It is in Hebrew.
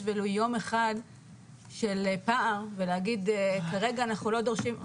ולו יום אחד של פער ולהגיד כרגע אנחנו לא דורשים.